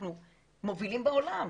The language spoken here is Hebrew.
אנחנו מובילים בעולם.